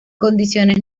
condiciones